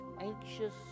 anxious